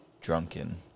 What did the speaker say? drunken